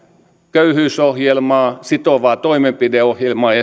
köyhyysohjelmaa sitovaa toimenpideohjelmaa ja